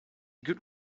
good